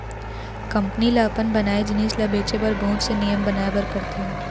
company ल अपन बनाए जिनिस ल बेचे बर बहुत से नियम बनाए बर परथे